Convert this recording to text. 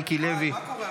מירב כהן,